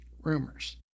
rumors